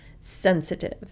sensitive